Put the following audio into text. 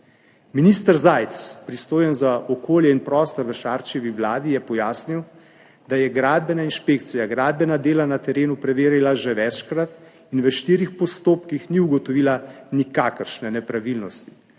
Minister Zajc, pristojen za okolje in prostor v Šarčevi vladi, je pojasnil, da je gradbena inšpekcija gradbena dela na terenu preverila že večkrat in v štirih postopkih ni ugotovila nikakršne nepravilnosti.